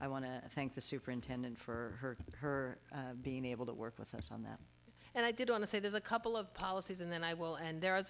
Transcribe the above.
i want to thank the superintendent for her being able to work with us on that and i did want to say there's a couple of policies and then i will and there